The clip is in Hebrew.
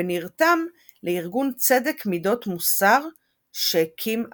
ונרתם לארגון צדק-מדות-מוסר שהקים אגודה.